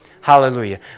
Hallelujah